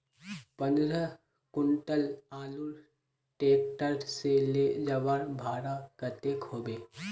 पंद्रह कुंटल आलूर ट्रैक्टर से ले जवार भाड़ा कतेक होबे?